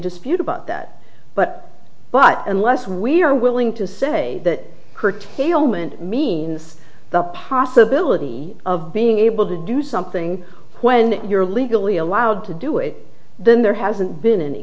dispute about that but but unless we are willing to say that kurt the omen means the possibility of being able to do something when you're legally allowed to do it then there hasn't been any